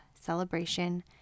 celebration